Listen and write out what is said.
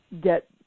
get